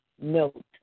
Note